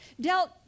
dealt